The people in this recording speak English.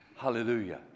hallelujah